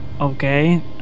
Okay